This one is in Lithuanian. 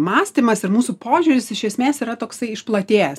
mąstymas ir mūsų požiūris iš esmės yra toksai išplatėjęs